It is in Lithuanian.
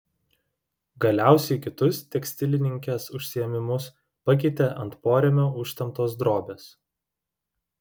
galiausiai kitus tekstilininkės užsiėmimus pakeitė ant porėmio užtemptos drobės